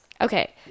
Okay